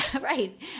right